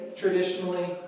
traditionally